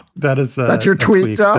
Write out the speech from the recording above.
that is. that's your tweet. ah